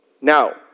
Now